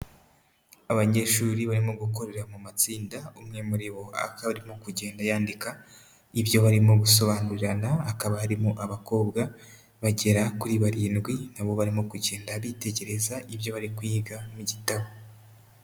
Abanyeshuri barimo gukorera mu matsinda umwe muri bo akaba barimo kugenda yandika ibyo barimo gusobanurirana, hakaba harimo abakobwa bagera kuri barindwi nabo barimo kugenda bitegereza ibyo bari kwiga mu gitabo.